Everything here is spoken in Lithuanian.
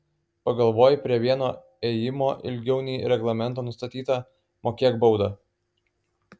pagalvojai prie vieno ėjimo ilgiau nei reglamento nustatyta mokėk baudą